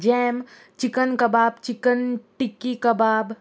GeM chicken kebab chicken tikki kebab